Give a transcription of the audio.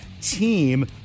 team